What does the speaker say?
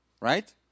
right